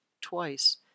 Twice